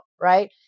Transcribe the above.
right